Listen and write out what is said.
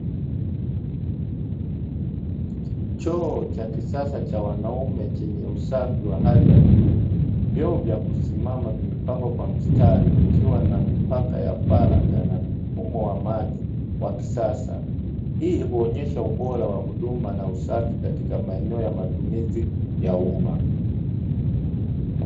Choo cha kisasa cha wanaume chenye usafi wa hali ya juu, vyoo vya kusimama vimepangwa kwa mstari vikiwa na mipaka ya faragha na mfumo wa maji wa kisasa. Hii huonyesha ubora wa huduma na usafi katika maeneo ya matumizi ya umma.